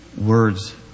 words